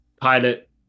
pilot